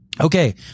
Okay